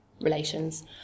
relations